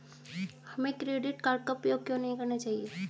हमें credit card का उपयोग क्यों नहीं करना चाहिए?